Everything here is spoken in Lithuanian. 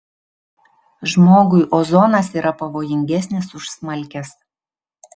žmogui ozonas yra pavojingesnis už smalkes